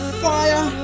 fire